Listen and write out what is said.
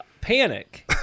panic